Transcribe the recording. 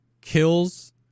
kills